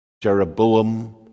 Jeroboam